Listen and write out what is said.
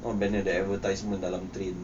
not banner the advertisement dalam train